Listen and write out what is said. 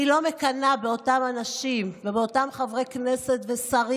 אני לא מקנאה באותם אנשים ובאותם חברי כנסת ושרים